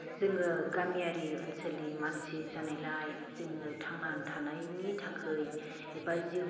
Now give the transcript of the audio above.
जोङो गामियारि ओनसोलनि मानसि जानायलाय जोङो थांनानै थानायनि थाखाय एबा जिउ